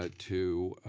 ah to